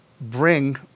bring